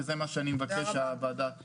וזה מה שאני מבקש שהוועדה תעשה.